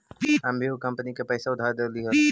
हम भी ऊ कंपनी के पैसा उधार में देली हल